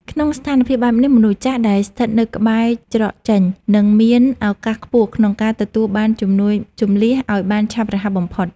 ក្នុងស្ថានភាពបែបនេះ មនុស្សចាស់ដែលស្ថិតនៅក្បែរច្រកចេញ នឹងមានឱកាសខ្ពស់ក្នុងការទទួលបានជំនួយជម្លៀសឱ្យបានឆាប់រហ័សបំផុត។